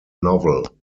novel